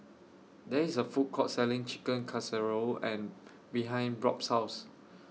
There IS A Food Court Selling Chicken Casserole and behind Robb's House